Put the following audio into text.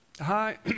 Hi